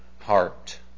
heart